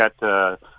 got